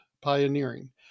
pioneering